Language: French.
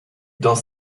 dans